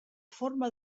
forma